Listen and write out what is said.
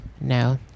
No